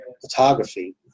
photography